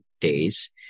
days